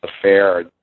affair